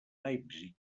leipzig